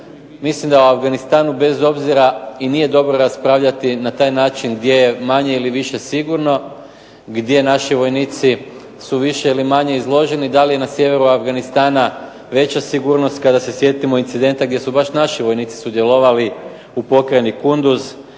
mislim da o Afganistanu i nije dobro raspravljati gdje je manje ili više sigurno, gdje su naši vojnici manje ili više izloženi da li na sjeveru Afganistana veća sigurnost, kada se sjetimo incidenta gdje su baš naši vojnici sudjelovali u pokrajini Kunduz